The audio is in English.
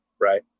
right